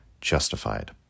justified